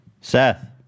Seth